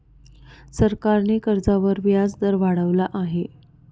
सरकारने कर्जावर व्याजदर वाढवला आहे